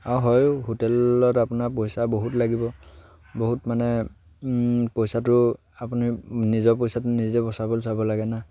আৰু হয়ো হোটেলত আপোনাৰ পইচা বহুত লাগিব বহুত মানে পইচাটো আপুনি নিজৰ পইচাটো নিজে বচাবলৈ চাব লাগে না